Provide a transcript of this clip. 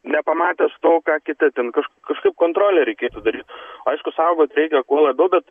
nepamatęs to ką kiti ten kaž kažkaip kontrolę reikėtų daryt aišku saugot reikia kuo labiau bet